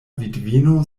vidvino